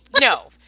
No